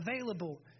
available